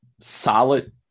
solid